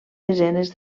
desenes